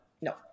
no